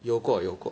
有过有过